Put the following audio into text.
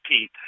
Pete